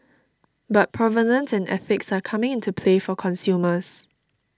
but provenance and ethics are coming into play for consumers